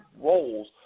roles